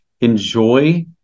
enjoy